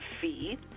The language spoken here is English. feed